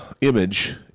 image